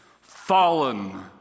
fallen